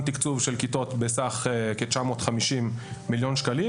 תקצוב של כיתות בסך של כ-900 מיליון ₪.